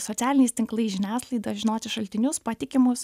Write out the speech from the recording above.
socialiniais tinklais žiniasklaida žinoti šaltinius patikimus